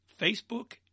Facebook